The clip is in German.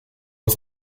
aus